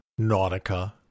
Nautica